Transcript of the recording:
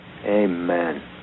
Amen